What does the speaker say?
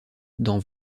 dans